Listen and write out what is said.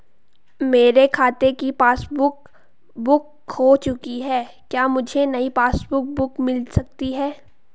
मेरे खाते की पासबुक बुक खो चुकी है क्या मुझे नयी पासबुक बुक मिल सकती है?